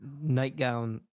nightgown